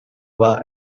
why